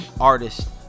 artist